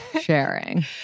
sharing